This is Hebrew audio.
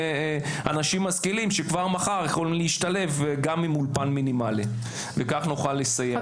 אנשים משכילים שכבר מחר יוכלו להשתלב גם עם אולפן מינימלי וכך נוכל לסייע.